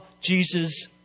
Jesus